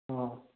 ꯑꯥ